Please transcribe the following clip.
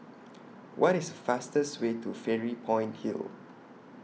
What IS The fastest Way to Fairy Point Hill